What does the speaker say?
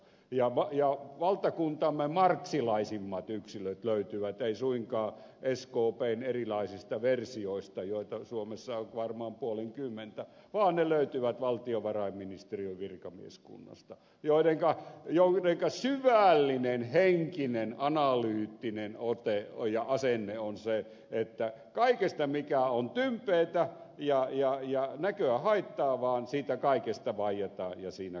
ja valtakuntamme marxilaisimmat yksilöt löytyvät ei suinkaan skpn erilaisista versioista joita suomessa on varmaan puolenkymmentä vaan ne löytyvät valtiovarainministeriön virkamieskunnasta jonka syvällinen henkinen analyyttinen ote ja asenne on se että kaikesta mikä on tympeätä ja näköä haittaavaa vaietaan ja siinä kaikki